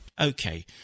Okay